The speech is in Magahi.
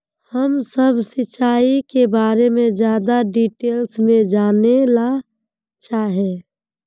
हम सब सिंचाई के बारे में ज्यादा डिटेल्स में जाने ला चाहे?